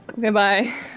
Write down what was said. goodbye